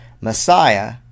Messiah